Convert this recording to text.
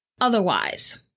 otherwise